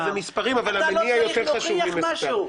אתה לא צריך להוכיח משהו.